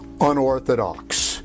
unorthodox